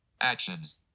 Actions